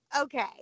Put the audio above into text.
okay